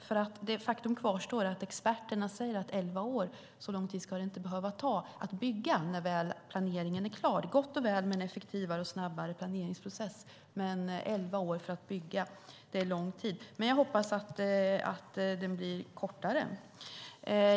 Faktum kvarstår att experterna säger att det inte skulle behöva ta så lång tid som elva år att bygga när väl planeringen är klar. Det är gott och väl med en effektivare och snabbare planeringsprocess. Men elva år är lång tid för att bygga. Jag hoppas att den tiden blir kortare.